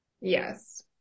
Yes